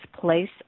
place